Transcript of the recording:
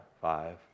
Five